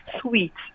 sweets